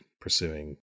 pursuing